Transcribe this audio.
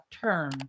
term